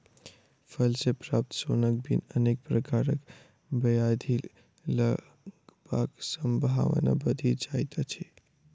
फल सॅ प्राप्त सोनक बिन अनेक प्रकारक ब्याधि लगबाक संभावना बढ़ि जाइत अछि